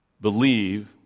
believe